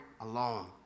alone